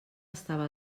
estava